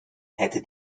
hätte